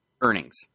earnings